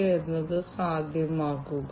അങ്ങനെ ശബ്ദം വന്നു